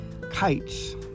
kites